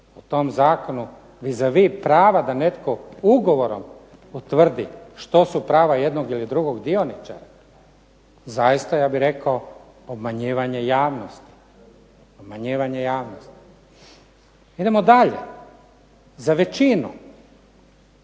u tom zakonu vis a vis prava da netko ugovorom utvrdi što su prava jednog ili drugog dioničara, zaista ja bih rekao obmanjivanje javnosti. Obmanjivanje javnosti.